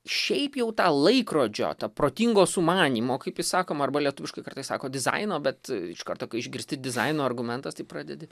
šiaip jau tą laikrodžio tą protingo sumanymo kaip jis sakom arba lietuviškai kartais sako dizaino bet iš karto kai išgirsti dizaino argumentas tai pradedi